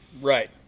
Right